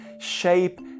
shape